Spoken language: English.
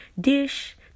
dish